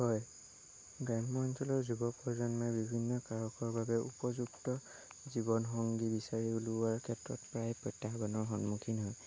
হয় গ্ৰাম্য অঞ্চলৰ যুৱ প্ৰজন্মই বিভিন্ন কাৰকৰ বাবে উপযুক্ত জীৱনসংগী বিচাৰি ওলোৱাৰ ক্ষেত্ৰত প্ৰায়ে প্ৰত্যাহ্বানৰ সন্মুখীন হয়